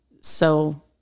so-